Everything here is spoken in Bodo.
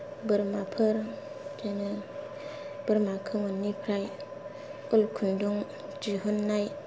बोरमाफोर बिदिनो बोरमा खोमोननिफ्राय उल खुन्दुं दिहुननाय